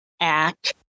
act